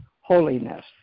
holiness